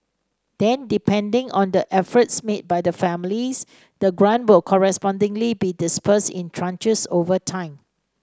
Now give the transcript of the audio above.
then depending on the efforts made by the families the grant will correspondingly be disburse in tranches over time